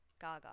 Gaga